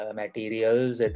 materials